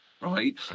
right